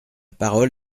parole